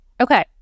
Okay